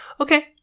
Okay